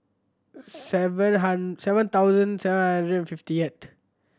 sever seven thousand seven hundred fiftieth